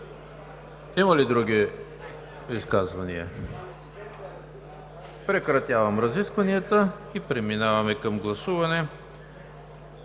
Закривам разискванията и преминаваме към гласуване.